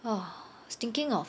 ugh was thinking of